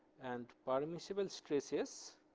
and permisible stresses